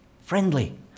friendly